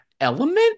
Element